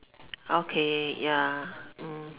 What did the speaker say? okay ya